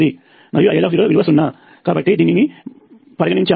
మరియు IL0 విలువ సున్నా కాబట్టి దానిని పరిగణించాము